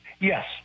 Yes